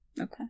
okay